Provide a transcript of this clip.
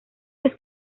vez